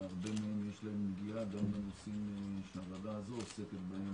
שלהרבה מהם יש נגיעה גם לנושאים שהוועדה הזו עוסקת בהם,